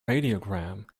radiogram